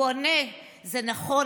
הוא עונה: 'זה נכון,